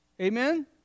Amen